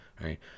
right